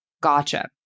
Gotcha